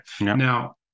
Now